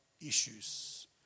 issues